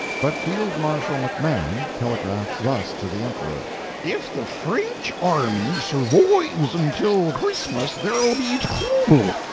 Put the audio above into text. but field marshal mcmahon telegraphs thus to the emperor if the frinch army survoives until christmas there'll be throuble.